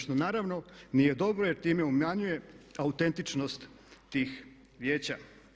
Što naravno nije dobro jer time umanjuje autentičnost tih vijeća.